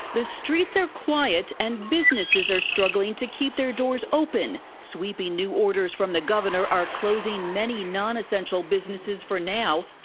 the streets are quiet and businesses are strig ling to keep their doors open, sweeping new orders from the governor are closing many nonessential businesses for now,